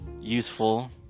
useful